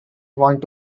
want